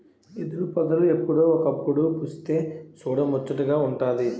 ఎదురుపొదలు ఎప్పుడో ఒకప్పుడు పుస్తె సూడముచ్చటగా వుంటాది